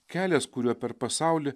kelias kuriuo per pasaulį